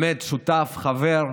באמת שותף, חבר,